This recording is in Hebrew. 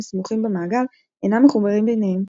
סמוכים במעגל אינם מחוברים ביניהם,